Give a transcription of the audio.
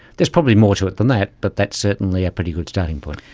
there's probably more to it than that, but that's certainly a pretty good starting point.